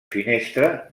finestra